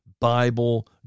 Bible